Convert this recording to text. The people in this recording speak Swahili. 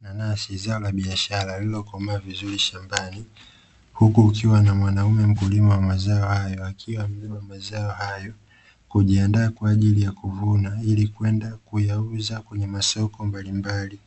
Nanasi, zao la biashara, lililokomaa vizuri shambani, huku kukiwa na mwanaume mkulima wa mazao hayo akiwa amebeba mazao hayo kujiandaa kwa ajili ya kuvuna ili kwenda kuyauza kwenye masoko mbalimbali,